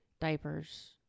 diapers